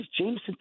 jameson